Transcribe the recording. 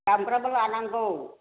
दामग्राबो लानांगौ